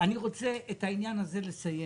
אני רוצה את העניין הזה לסיים.